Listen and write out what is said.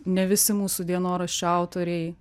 ne visi mūsų dienoraščių autoriai